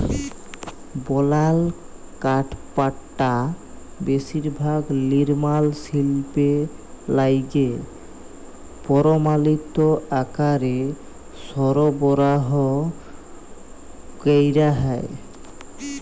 বলাল কাঠপাটা বেশিরভাগ লিরমাল শিল্পে লাইগে পরমালিত আকারে সরবরাহ ক্যরা হ্যয়